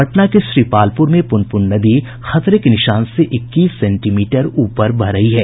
पटना के श्रीपालपुर में पुनपुन नदी खतरे के निशान से इक्कीस सेंटीमीटर ऊपर बह रही है